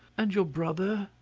and your brother?